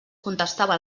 contestava